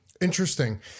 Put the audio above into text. Interesting